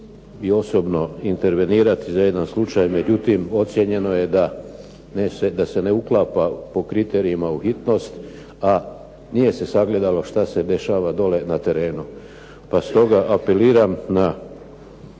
i osobno intervenirati za jedan slučaj, međutim ocijenjeno je da se po kriterijima ne uklapa u hitnost, a nije se sagledalo što se dešava dolje na terenu. Pa stoga apeliram na